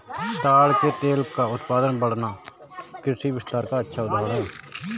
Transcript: ताड़ के तेल का उत्पादन बढ़ना कृषि विस्तार का अच्छा उदाहरण है